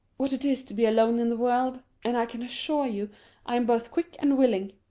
what it is to be alone in the world. and i can assure you i'm both quick and willing.